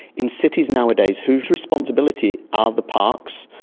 in cities nowadays, whose responsibility are the parks,